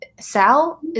Sal